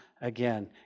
again